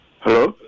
Hello